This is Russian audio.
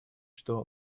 что